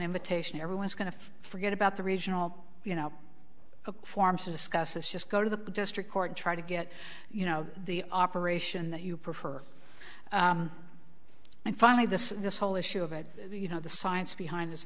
invitation everyone's going to forget about the regional you know forms to discuss this just go to the district court try to get you know the operation that you prefer and finally this this whole issue of it you know the science behind it is